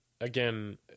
again